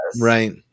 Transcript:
Right